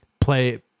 play